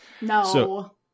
No